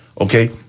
Okay